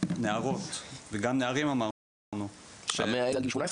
נערות וגם נערים אמרנו --- ה-100 אלף זה עד גיל 18,